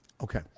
Okay